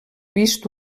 vist